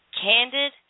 candid